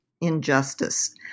injustice